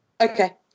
Okay